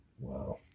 Wow